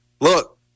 look